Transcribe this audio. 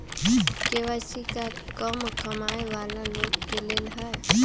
KYC का कम कमाये वाला लोग के लेल है?